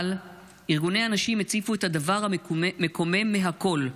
אבל ארגוני הנשים הציפו את הדבר המקומם מהכול,